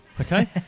Okay